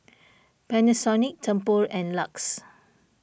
Panasonic Tempur and Lux